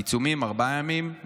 עיצומים ארבעה ימים?